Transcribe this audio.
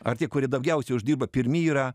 ar tie kurie daugiausiai uždirba pirmi yra